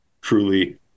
truly